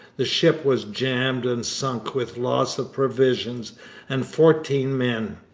the ship was jammed and sunk with loss of provisions and fourteen men,